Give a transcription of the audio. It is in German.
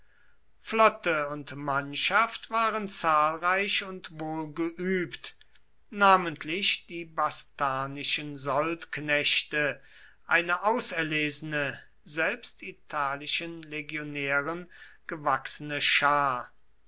flotte und mannschaft waren zahlreich und wohlgeübt namentlich die bastarnischen soldknechte eine auserlesene selbst italischen legionären gewachsene schar